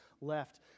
left